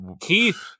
Keith